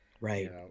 Right